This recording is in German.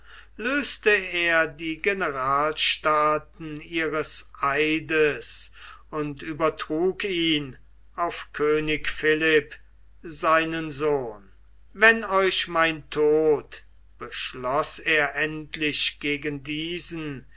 löste er die generalstaaten ihres eides und übertrug ihn auf könig philipp seinen sohn wenn euch mein tod beschloß er endlich gegen diesen